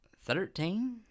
Thirteen